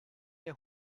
der